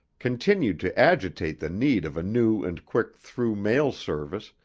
continued to agitate the need of a new and quick through mail service,